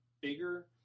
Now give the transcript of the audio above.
bigger